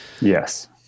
Yes